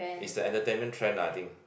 is the entertainment trend lah I think